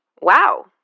Wow